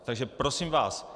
Takže, prosím vás...